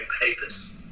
papers